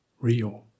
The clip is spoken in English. real